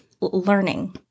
learning